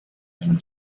and